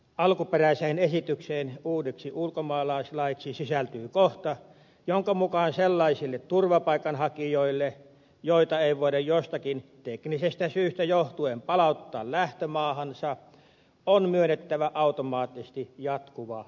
alkuperäiseen esitykseen uudeksi ulkomaalaislaiksi sisältyy kohta jonka mukaan sellaisille turvapaikanhakijoille joita ei voida jostakin teknisestä syystä johtuen palauttaa lähtömaahansa on myönnettävä automaattisesti jatkuva oleskelulupa